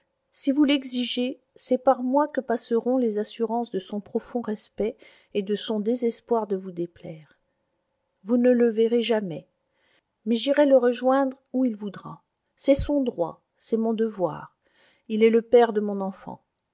si vous l'exigez c'est par moi que passeront les assurances de son profond respect et de son désespoir de vous déplaire vous ne le verrez jamais mais j'irai le rejoindre où il voudra c'est son droit c'est mon devoir il est le père de mon enfant